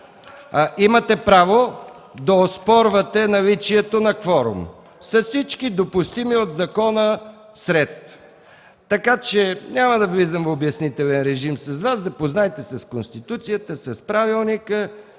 Имате право да оспорвате наличието на кворум с всички допустими от закона средства. Така че няма да влизам в обяснителен режим с Вас – запознайте се с Конституцията, с правилника